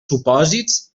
supòsits